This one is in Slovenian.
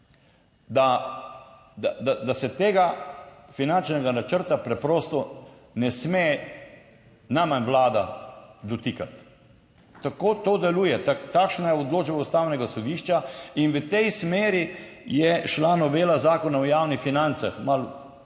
da se tega finančnega načrta preprosto ne sme, najmanj Vlada dotikati. Tako to deluje, takšna je odločba Ustavnega sodišča in v tej smeri je šla novela Zakona o javnih financah. Malo